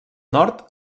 nord